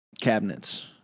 cabinets